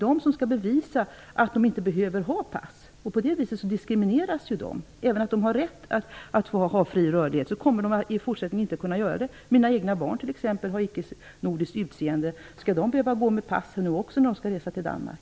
De skall bevisa att de inte behöver ha pass. På det sättet blir det fråga om diskriminering. Även om dessa personer har rätt till fri rörlighet kommer de i fortsättningen inte att få det. Mina egna barn har ett icke-nordiskt utseende. Skall de behöva ha passen med sig när de skall resa till Danmark?